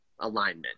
alignment